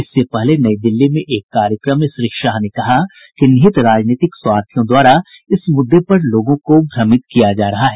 इससे पहले नई दिल्ली में एक कार्यक्रम में श्री शाह ने कहा कि निहित राजनीतिक स्वार्थियों द्वारा इस मुद्दे पर लोगों को भ्रमित किया जा रहा है